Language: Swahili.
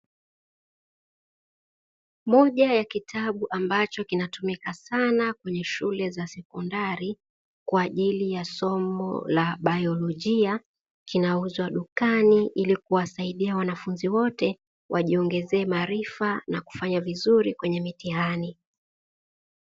Moja ya kitabu ambacho kinatumika sana kwenye shule za sekondari kwa ajili ya somo la biolojia kinauzwa dukani, ili kuwasaidia wanafunzi wote wajiongezee maarifa na kufanya vizuri kwenye mitihani.